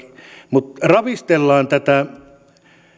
mutta ravistellaan tätä